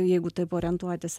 jeigu taip orientuotis